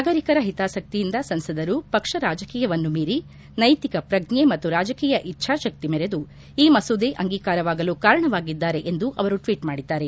ನಾಗರಿಕರ ಹಿತಾಸಕ್ತಿಯಿಂದ ಸಂಸದರು ಪಕ್ಷ ರಾಜಕೀಯವನ್ನ ಮೀರಿ ನೈತಿಕ ಪ್ರಜ್ಞೆ ಮತ್ತು ರಾಜಕೀಯ ಇಚ್ದಾಶಕ್ತಿ ಮೆರೆದು ಈ ಮಸೂದೆ ಅಂಗೀಕಾರವಾಗಲು ಕಾರಣವಾಗಿದ್ದಾರೆ ಎಂದು ಅವರು ಟ್ವೀಟ್ ಮಾಡಿದ್ದಾರೆ